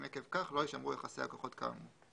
עקב כך לא יישמרו יחסי הכוחות כאמור.